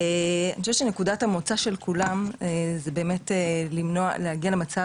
אני חושבת שנקודת המוצא של כולם זה להגיע למצב